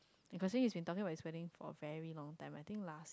and firstly he's been talking about his wedding for a very long time I think last